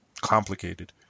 complicated